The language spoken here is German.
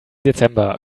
dezember